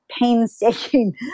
painstaking